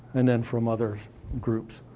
and then from other groups.